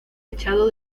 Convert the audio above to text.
echado